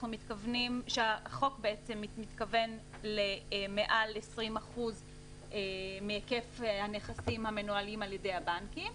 החוק מתכוון למעל 20% מהיקף הנכסים המנוהלים על-ידי הבנקים.